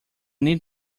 need